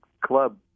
club